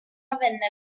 avviene